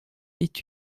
est